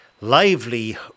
lively